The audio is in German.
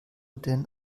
denn